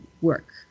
work